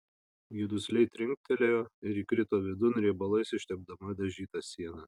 ji dusliai trinktelėjo ir įkrito vidun riebalais ištepdama dažytą sieną